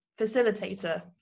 facilitator